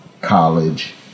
college